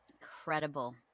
Incredible